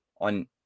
on